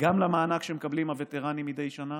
גם למענק שמקבלים הווטרנים מדי שנה.